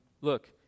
look